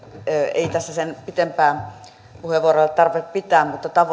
ei tässä sen pitempää puheenvuoroa tarvitse pitää mutta